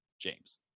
James